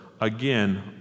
again